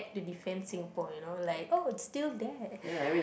to defend Singapore you know like oh it's still there